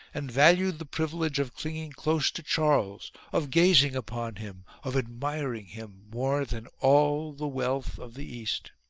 and valued the privilege of clinging close to charles, of gazing upon him, of admiring him, more than all the wealth of the east.